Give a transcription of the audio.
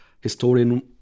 historian